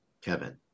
Kevin